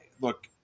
look